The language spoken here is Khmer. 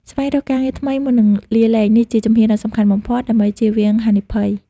ស្វែងរកការងារថ្មីមុននឹងលាលែង នេះជាជំហានដ៏សំខាន់បំផុតដើម្បីជៀសវាងហានិភ័យ។